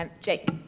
jake